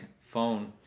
phone